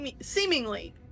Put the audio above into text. seemingly